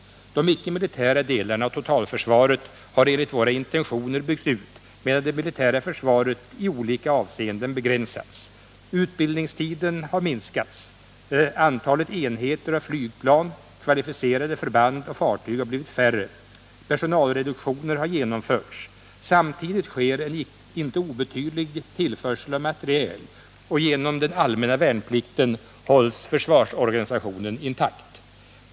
De ickemilitära delarna av totalförsvaret har enligt våra intentioner byggts ut, medan det militära försvaret i olika avseenden begränsats. Utbildningstiden har minskats, antalet enheter av flygplan, kvalificerade förband och fartyg har blivit färre, personalreduktioner har genomförts. Samtidigt sker en inte obetydlig tillförsel av materiel, och genom den allmänna värnplikten hålls försvarsorganisationen intakt.